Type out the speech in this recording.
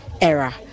era